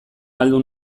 galdu